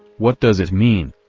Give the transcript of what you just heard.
what does it mean?